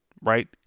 right